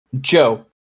Joe